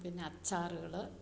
പിന്നെ അച്ചാറുകള്